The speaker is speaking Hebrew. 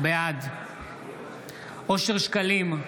בעד אושר שקלים,